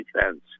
defense